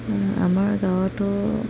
আমাৰ গাঁৱতো